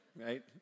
Right